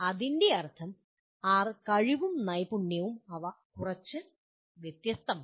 അതിൻ്റെ അർത്ഥം കഴിവും നൈപുണ്യവും അവ കുറച്ച് വ്യത്യസ്തമാണ്